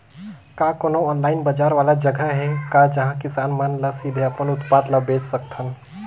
का कोनो ऑनलाइन बाजार वाला जगह हे का जहां किसान मन ल सीधे अपन उत्पाद ल बेच सकथन?